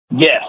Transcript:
yes